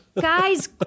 guys